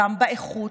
גם באיכות,